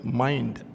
mind